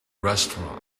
restaurant